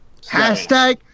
Hashtag